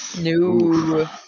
No